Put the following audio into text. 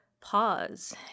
pause